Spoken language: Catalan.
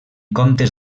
comptes